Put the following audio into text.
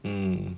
um